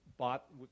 bought